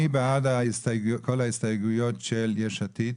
מי בעד כל ההסתייגויות של יש עתיד?